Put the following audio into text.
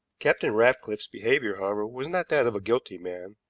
captain ratcliffe's behavior, however, was not that of a guilty man,